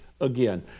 again